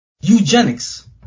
Eugenics